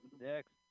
Next